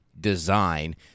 design